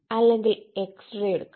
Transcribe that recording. അല്ലെങ്കിൽ എക്സ്റേ എടുക്കാം